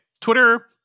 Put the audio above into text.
Twitter